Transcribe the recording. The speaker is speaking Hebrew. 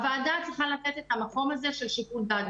הוועדה צריכה לתת את המקום של שיקול דעת.